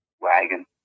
wagon